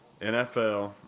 NFL